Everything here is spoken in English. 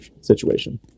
situation